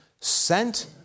sent